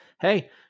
Hey